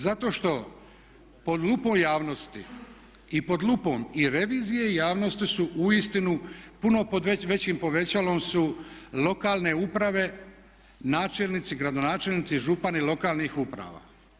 Zato što pod lupom javnosti i pod lupom i revizije i javnosti su uistinu, puno pod većim povećalom su lokalne uprave, načelnici, gradonačelnici, župani lokalnih uprava.